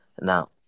Now